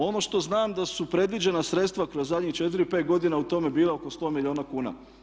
Ono što znam da su predviđena sredstva kroz zadnjih 4, 5 godina u tome bila oko 100 milijuna kuna.